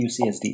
UCSD